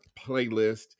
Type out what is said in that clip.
playlist